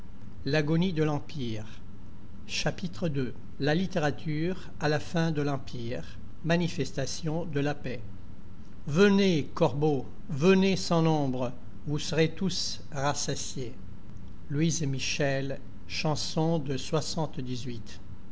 obstacle de la liberté la littérature à la fin de l'empire manifestations de la paix venez corbeaux venez sans nombre vous serez tous rassasiés l